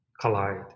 collide